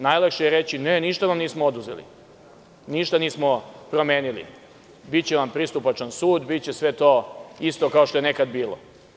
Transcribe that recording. Najlakše je reći – ne, ništa vam nismo oduzeli, ništa nismo promenili, biće vam pristupačan sud, biće sve to isto kao što je nekada bilo.